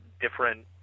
different